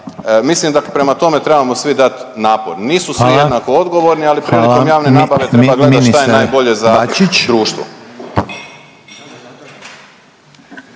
mislim da prema tome trebamo svi dat napor.…/Upadica Reiner: Hvala./…Nisu svi jednako odgovorni, ali prilikom javne nabave treba gledat šta je najbolje za društvo.